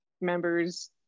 members